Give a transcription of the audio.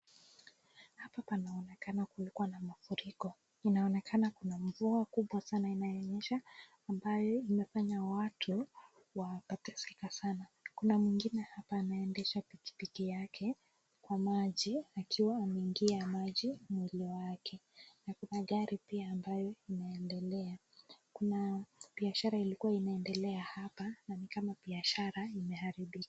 Hapa panaonekana kulikuwa na mafuriko. Inaonekana kuna mvua kubwa sana inayonyesha ambayo imefanya watu wateseka sana. Kuna mwingine hapa anaendesha pikipiki yake kwa maji akiwa ameingia maji mwili wake. Na kuna gari pia ambayo inaendelea. Kuna biashara ilikuwa inaendelea hapa na ni kama biashara imeharibika.